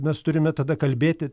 mes turime tada kalbėti